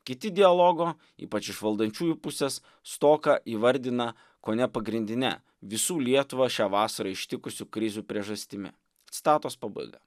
kiti dialogo ypač iš valdančiųjų pusės stoką įvardina kone pagrindine visų lietuvą šią vasarą ištikusių krizių priežastimi citatos pabaiga